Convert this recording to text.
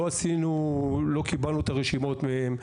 לא קיבלנו את הרשימות מהן,